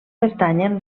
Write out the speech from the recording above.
pertanyen